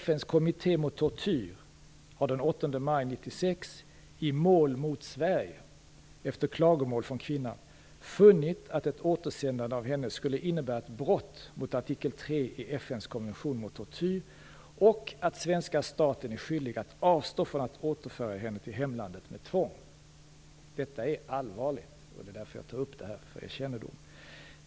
FN:s kommitté mot tortyr har den 8 maj 1996 i mål mot Sverige efter klagomål från kvinnan funnit att ett återsändande av henne skulle innebära ett brott mot artikel 3 i FN:s konvention mot tortyr, och att svenska staten är skyldig att avstå från att återföra henne till hemlandet med tvång. Det här är allvarligt. Det är därför jag tar upp det för riksdagens kännedom.